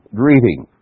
greeting